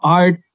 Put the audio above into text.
art